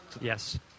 Yes